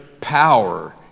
power